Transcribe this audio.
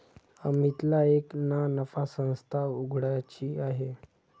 अमितला एक ना नफा संस्था उघड्याची आहे